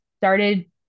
started